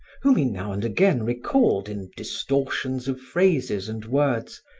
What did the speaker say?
whom he now and again recalled in distortions of phrases and words,